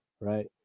right